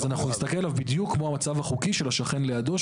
אז אנחנו נסתכל עליו בדיוק כמו המצב החוקי של השכן לידו,